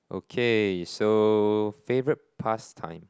okay so favourite pastime